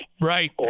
Right